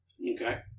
Okay